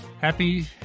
Happy